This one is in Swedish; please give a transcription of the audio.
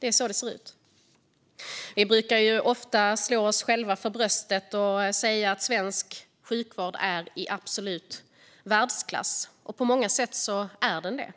Det är så det ser ut. Vi brukar ofta slå oss själva för bröstet och säga att svensk sjukvård är i absolut världsklass. På många sätt är den det,